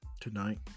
Tonight